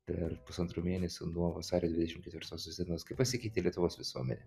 per pusantro mėnesio nuo vasario dvidešim ketvirtosios dienos kaip pasikeitė lietuvos visuomenė